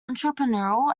entrepreneurial